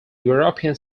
european